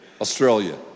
Australia